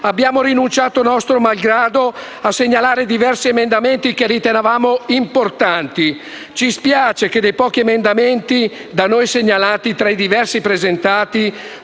Abbiamo rinunciato, nostro malgrado, a segnalare diversi emendamenti che ritenevano importanti. Ci spiace che dei pochi emendamenti da noi segnalati, tra i diversi presentati,